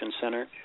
center